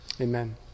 amen